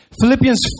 Philippians